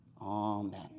Amen